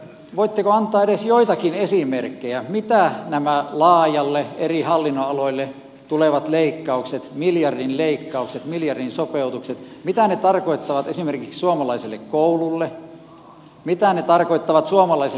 voitteko antaa edes joitakin esimerkkejä mitä nämä laajalle eri hallinnonaloille tulevat leikkaukset miljardin leikkaukset miljardin sopeutukset tarkoittavat esimerkiksi suomalaiselle koululle mitä ne tarkoittavat suomalaiselle terveydenhuollolle